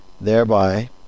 thereby